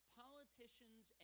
politicians